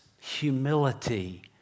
humility